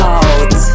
out